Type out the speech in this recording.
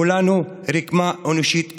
כולנו רקמה אנושית אחת.